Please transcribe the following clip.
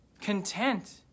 Content